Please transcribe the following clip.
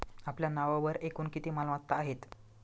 आपल्या नावावर एकूण किती मालमत्ता आहेत?